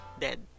dead